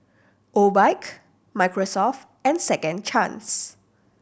Obike Microsoft and Second Chance